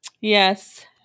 Yes